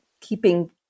keeping